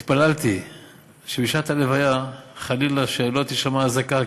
התפללתי שבשעת הלוויה חלילה לא תישמע אזעקה,